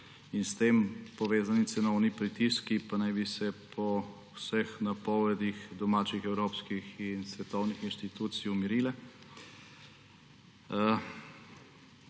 in s tem povezani cenovni pritiski pa naj bi se po vseh napovedih domačih evropskih in svetovnih institucij umirile.